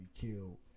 killed